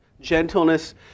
gentleness